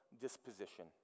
disposition